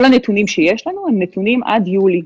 כל הנתונים שיש לנו, הם נתונים עד יולי.